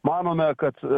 manome kad